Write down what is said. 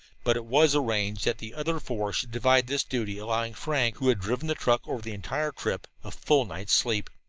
but it was arranged that the other four should divide this duty, allowing frank, who had driven the truck over the entire trip, a full night's sleep.